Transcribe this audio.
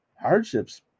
Hardship's